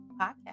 podcast